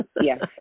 Yes